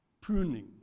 Pruning